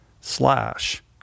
slash